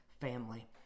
family